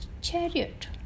chariot